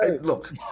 Look